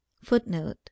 footnote